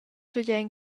fagein